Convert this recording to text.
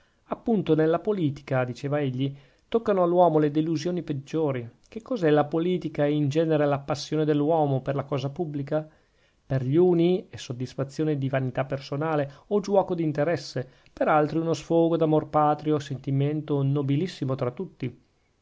appunto nella politica diceva egli toccano all'uomo le delusioni peggiori che cos'è la politica e in genere la passione dell'uomo per la cosa pubblica per gli uni è soddisfazione di vanità personale o giuoco d'interesse per gli altri uno sfogo d'amor patrio sentimento nobilissimo tra tutti